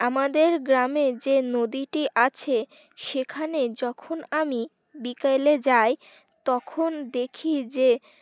আমাদের গ্রামে যে নদীটি আছে সেখানে যখন আমি বিকেলে যাই তখন দেখি যে